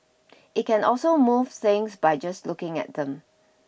it can also move things by just looking at them